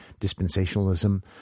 dispensationalism